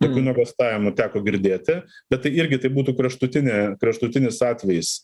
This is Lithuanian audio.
tokių nuogąstavimų teko girdėti bet tai irgi tai būtų kraštutinė kraštutinis atvejis